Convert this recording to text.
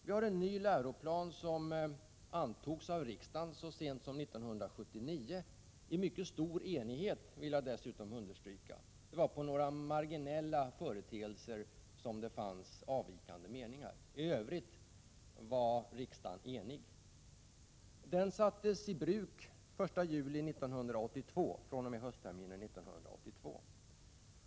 Vi har en ny läroplan som antogs av riksdagen så sent som 1979. Jag vill dessutom understryka att den antogs i mycket stor enighet. Bara i fråga om några marginella företeelser fanns avvikande meningar. I övrigt var riksdagen enig. Läroplanen sattes i bruk fr.o.m. höstterminen 1982.